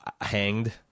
hanged